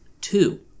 two